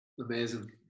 Amazing